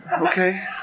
Okay